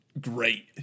great